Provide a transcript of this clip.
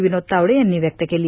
विनोद तावडे यांनी व्यक्त केली आहे